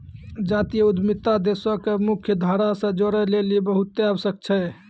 जातीय उद्यमिता देशो के मुख्य धारा से जोड़ै लेली बहुते आवश्यक छै